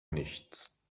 nichts